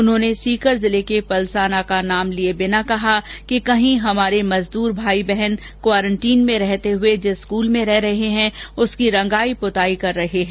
उन्होंने सीकर जिले के पलसाना का नाम लिए बिना कहा कि कहीं हमारे मजदूर भाई बहन क्वारेंटीन में रहते हुए जिस स्कूल में रह रहे हैं उसकी रंगाई प्रताई कर रहे हैं